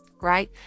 right